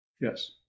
Yes